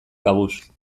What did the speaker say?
kabuz